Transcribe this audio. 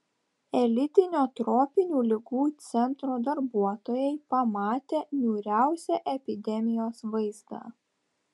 elitinio tropinių ligų centro darbuotojai pamatė niūriausią epidemijos vaizdą